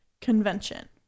convention